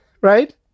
right